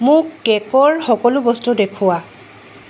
মোক কেকৰ সকলো বস্তু দেখুওৱা